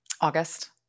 August